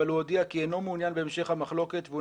אבל הוא הודיע כי אינו מעוניין בהמשך המחלוקת והוא